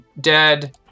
dead